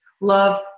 love